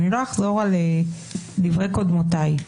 אני לא אחזור על דברי קודמותיי.